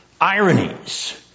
ironies